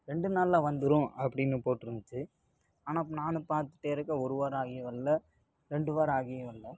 ரெண்டு நாளில் வந்துடும் அப்படின்னு போட்டுருந்துச்சு ஆனால் நானும் பார்த்துட்டே இருக்கேன் ஒரு வாரம் ஆகியும் வரல ரெண்டு வாரம் ஆகியும் வரல